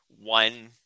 one